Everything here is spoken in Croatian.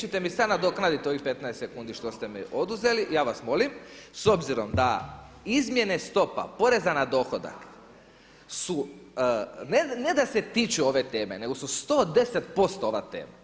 Vi ćete mi sada nadoknaditi ovih 15 sekundi što ste mi oduzeli, ja vas molim, s obzirom da izmjene stopa poreza na dohodak su ne da se tiču ove teme nego su 110% ova tema.